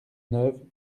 neuve